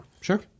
Sure